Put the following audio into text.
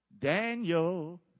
Daniel